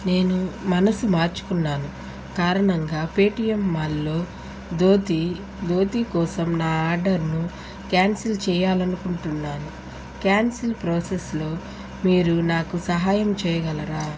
నేను మనసు మార్చుకున్నాను కారణంగా పేటీఎం మాల్లో ధోతి ధోతి కోసం నా ఆర్డర్ను క్యాన్సిల్ చేయాలని అనుకుంటున్నాను క్యాన్సిల్ ప్రాసెస్లో మీరు నాకు సహాయం చేయగలరా